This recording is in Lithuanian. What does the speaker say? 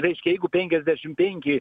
reiškia jeigu penkiasdešim penki